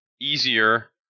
easier